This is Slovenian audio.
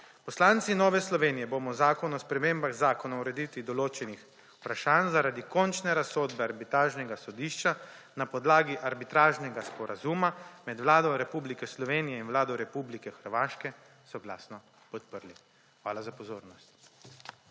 Poslanci Nove Slovenije bomo zakon o spremembah Zakona o ureditvi določenih vprašanjih zaradi končne razsodbe arbitražnega sodišča na podlagi Arbitražnega sporazuma med Vlado Republike Slovenije in Vlado Republike Hrvaške soglasno podprli. Hvala za pozornost.